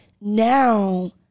now